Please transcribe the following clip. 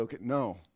No